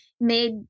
made